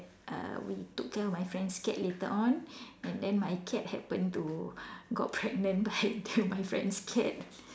uh we took care of my friend's cat later on and then my cat happened to got pregnant by the my friend's cat